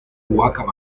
huaca